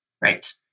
Right